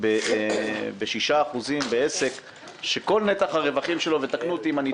של 6% בעסק שכל מתח הרווחים שלו ותתקנו אותי אם אני